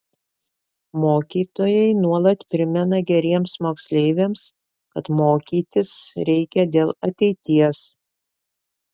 mokytojai nuolat primena geriems moksleiviams kad mokytis reikia dėl ateities